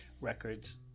Records